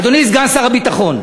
אדוני סגן שר הביטחון,